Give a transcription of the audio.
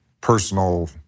personal